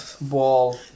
ball